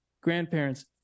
grandparents